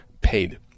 paid